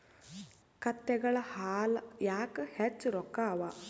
ಕತ್ತೆಗಳ ಹಾಲ ಯಾಕ ಹೆಚ್ಚ ರೊಕ್ಕ ಅವಾ?